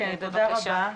כן, תודה רבה.